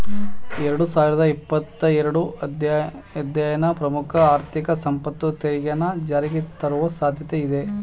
ಎರಡು ಸಾವಿರದ ಇಪ್ಪತ್ತ ಎರಡು ಅಧ್ಯಯನ ಪ್ರಮುಖ ಆರ್ಥಿಕ ಸಂಪತ್ತು ತೆರಿಗೆಯನ್ನ ಜಾರಿಗೆತರುವ ಸಾಧ್ಯತೆ ಇದೆ